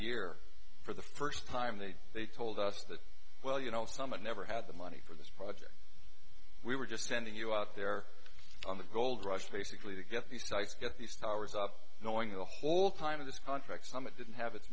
year for the first time that they told us that well you know someone never had the money for this project we were just sending you out there on the gold rush basically to get these sites get these towers up knowing the whole time of this contract some it didn't ha